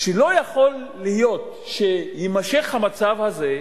שלא יכול להיות שיימשך המצב הזה,